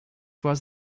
was